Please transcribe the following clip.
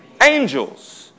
Angels